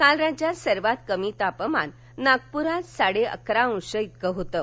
काल राज्यात सर्वात कमी किमान तापमान नागपुरात साडे अकरा अंश इतकं होतं